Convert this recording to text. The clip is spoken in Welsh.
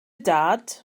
dad